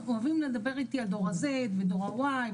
אוהבים לדבר איתי "הדור הזה ודור ה-Y",